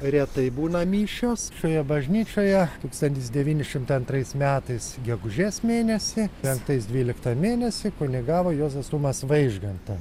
retai būna mišios šioje bažnyčioje tūkstantis devyni šimtai antrais metais gegužės mėnesį penktais dvyliktą mėnesį kunigavo juozas tumas vaižgantas